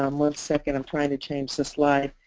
um one second, i'm trying to change the slide.